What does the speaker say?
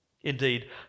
indeed